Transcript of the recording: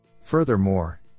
Furthermore